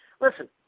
Listen